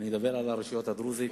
אני אדבר על הרשויות הדרוזיות,